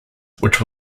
which